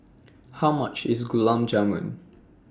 How much IS Gulab Jamun